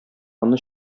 аны